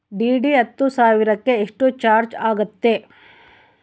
DD ಹತ್ತು ಸಾವಿರಕ್ಕೆ ಎಷ್ಟು ಚಾಜ್೯ ಆಗತ್ತೆ?